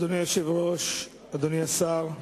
אדוני היושב-ראש, אדוני השר,